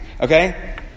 okay